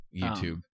YouTube